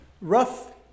rough